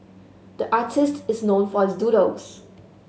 the artist is known for his doodles